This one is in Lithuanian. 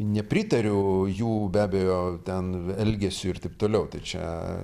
nepritariu jų be abejo ten elgesiui ir taip toliau tai čia